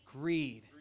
greed